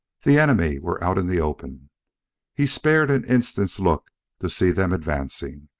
the enemy were out in the open he spared an instant's look to see them advancing.